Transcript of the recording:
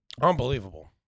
unbelievable